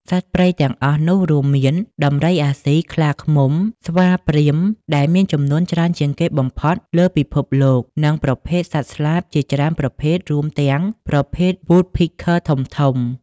សត្វព្រៃទាំងអស់នោះរួមមាន ដំរីអាស៊ី ខ្លាឃ្មុំ ស្វាព្រាហ្មណ៍ ដែលមានចំនួនច្រើនជាងគេបំផុតលើពិភពលោកនិងប្រភេទសត្វស្លាបជាច្រើនប្រភេទ រួមទាំងប្រភេទ វ៉ូដ ភេក ឃើ Woodpecker ធំៗ។